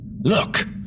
look